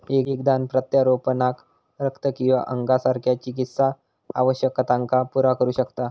एक दान प्रत्यारोपणाक रक्त किंवा अंगासारख्या चिकित्सा आवश्यकतांका पुरा करू शकता